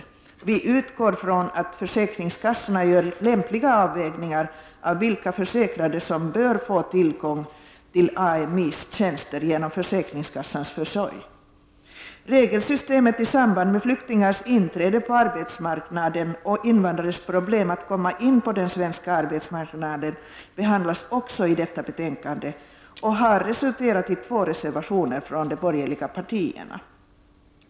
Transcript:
Vi utgår från att försäkringskassorna gör lämpliga avvägningar av vilka försäkrade som bör få tillgång till Ami:s tjänster genom försäkringskassans försorg. Också regelsystemet i samband med flyktingars inträde på arbetsmarknaden och invandrares problem att komma in på den svenska arbetsmarknaden behandlas i detta betänkande och har resulterat i två reservationer från de borgerliga partierna.